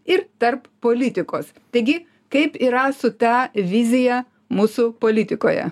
ir tarp politikos taigi kaip yra su ta vizija mūsų politikoje